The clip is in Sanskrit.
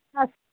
अस्तु